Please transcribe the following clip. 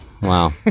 wow